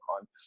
on